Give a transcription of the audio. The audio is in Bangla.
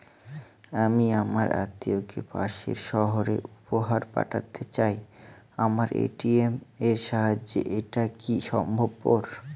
আমি আমার আত্মিয়কে পাশের সহরে উপহার পাঠাতে চাই আমার এ.টি.এম এর সাহায্যে এটাকি সম্ভবপর?